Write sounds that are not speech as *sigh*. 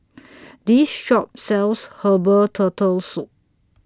*noise* This Shop sells Herbal Turtle Soup